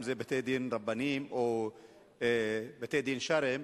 אם בתי-דין רבניים או בתי-דין שרעיים,